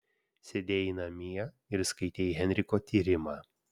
sėdėjai namie ir skaitei henriko tyrimą